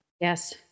yes